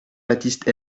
baptiste